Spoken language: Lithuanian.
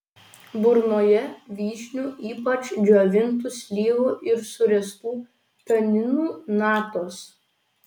burnoje vyšnių ypač džiovintų slyvų ir suręstų taninų natos